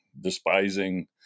despising